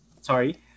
Sorry